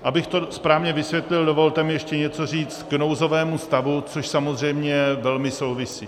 Abych to správně vysvětlil, dovolte mi ještě něco říct k nouzovému stavu, což samozřejmě velmi souvisí.